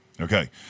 Okay